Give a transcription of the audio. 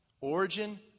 Origin